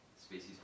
species